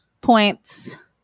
Points